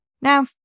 Now